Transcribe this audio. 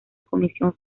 comisión